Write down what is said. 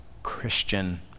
Christian